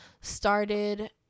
started